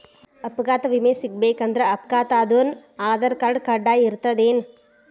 ಅಪಘಾತ್ ವಿಮೆ ಸಿಗ್ಬೇಕಂದ್ರ ಅಪ್ಘಾತಾದೊನ್ ಆಧಾರ್ರ್ಕಾರ್ಡ್ ಕಡ್ಡಾಯಿರ್ತದೇನ್?